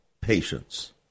patience